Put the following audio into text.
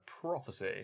prophecy